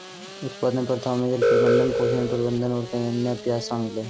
उत्पादन प्रथाओं में जल प्रबंधन, पोषण प्रबंधन और कई अन्य अभ्यास शामिल हैं